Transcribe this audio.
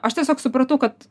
aš tiesiog supratau kad